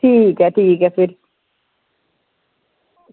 ठीक ऐ ठीक ऐ फिर